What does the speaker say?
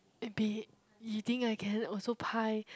eh B you think I can also pie